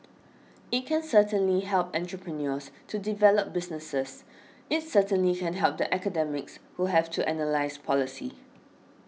it can certainly help entrepreneurs to develop businesses it's certainly can help the academics who have to analyse policy